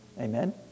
Amen